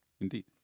Indeed